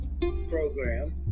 program